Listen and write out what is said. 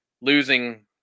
losing